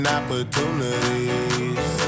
opportunities